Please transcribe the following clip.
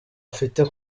afite